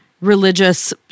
religious